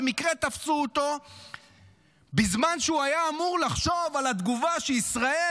ובמקרה תפסו אותו בזמן שהוא היה אמור לחשוב על התגובה שישראל